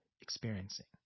experiencing